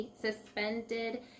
suspended